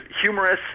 humorous